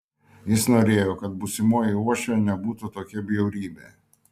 jis norėjo kad būsimoji uošvė nebūtų tokia bjaurybė